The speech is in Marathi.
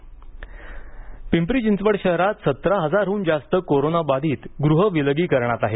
पिंपरी चिंचवड पिंपरी चिंचवड शहरात सतरा हजाराहून जास्त कोरोना बाधित गृहविलगीकरणात आहेत